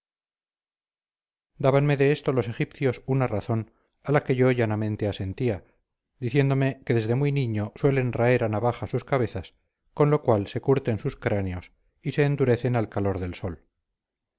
dábanme de esto los egipcios una razón a la que yo llanamente asentía diciéndome que desde muy niño suelen raer a navaja sus cabezas con lo cual se curten sus cráneos y se endurecen al calor del sol